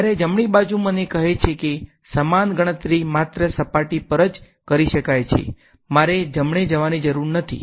જ્યારે જમણી બાજુ મને કહે છે કે સમાન ગણતરી માત્ર સપાટી પર જ કરી શકાય છે મારે જમણે જવાની જરૂર નથી